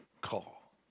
call